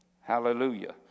hallelujah